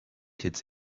kids